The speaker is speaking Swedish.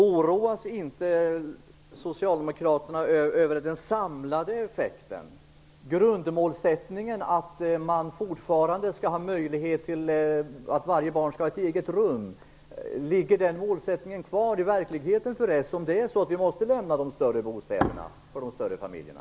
Oroas inte socialdemokraterna av den samlade effekten? Jag undrar om grundmålsättningen att varje barn skall ha ett eget rum finns kvar i verkligheten, eftersom de större familjerna nu måste lämna de större bostäderna?